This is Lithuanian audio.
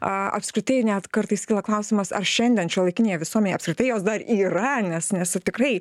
apskritai net kartais kyla klausimas ar šiandien šiuolaikinėje visuomenėje apskritai jos dar yra nes nes ir tikrai